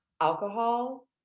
Alcohol